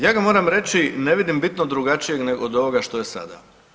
Ja ga moram reći, ne vidim bitno drugačijeg od ovoga što je sada.